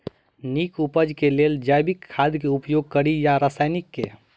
नीक उपज केँ लेल जैविक खाद केँ उपयोग कड़ी या रासायनिक केँ?